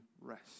rest